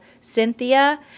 Cynthia